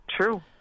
True